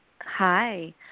hi